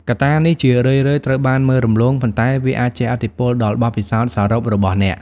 កត្តានេះជារឿយៗត្រូវបានមើលរំលង ប៉ុន្តែវាអាចជះឥទ្ធិពលដល់បទពិសោធន៍សរុបរបស់អ្នក។